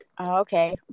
Okay